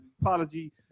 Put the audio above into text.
Apology